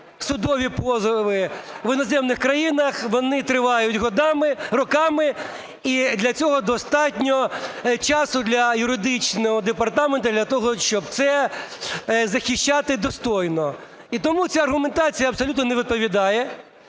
судові позови в іноземних країнах вони тривають роками, і для цього достатньо часу для юридичного департаменту для того, щоб це захищати достойно. І тому ця аргументація абсолютно не відповідає.